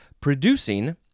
producing